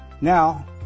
Now